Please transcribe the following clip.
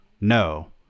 No